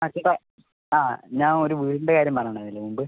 ആ ചേട്ടാ ആ ഞാൻ ഒരു വീടിന്റെ കാര്യം പറഞ്ഞിട്ടുണ്ടായിരുന്നില്ലേ മുമ്പ്